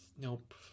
Nope